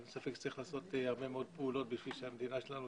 אין ספק שצריך לעשות הרבה מאוד פעולות בשביל שהמדינה שלנו